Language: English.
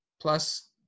plus